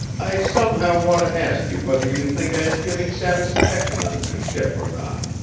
i somehow want to ask you whether you think i am giving satisfaction on this ship, or not?